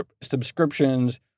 subscriptions